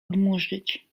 odmóżdżyć